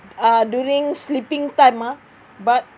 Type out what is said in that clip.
uh during sleeping time ah but